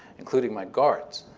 including my guards,